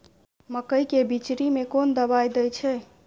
मकई के बिचरी में कोन दवाई दे छै?